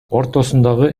ортосундагы